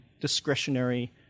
discretionary